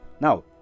now